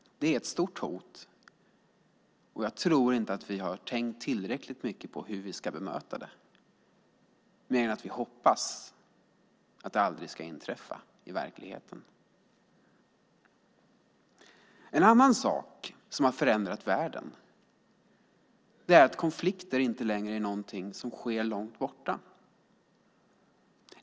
Det är ett stort hot, och jag tror inte att vi har tänkt tillräckligt mycket på hur vi ska bemöta det, mer än att vi hoppas att det aldrig ska inträffa i verkligheten. En annan sak som har förändrat världen är att konflikter inte längre är någonting som sker långt borta.